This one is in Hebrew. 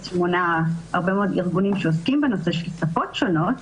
הרבה מאוד ארגונים שעוסקים בנושא של שפות שונות,